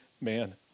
man